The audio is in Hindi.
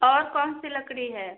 और कौनसी लकड़ी है